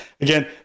Again